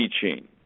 teaching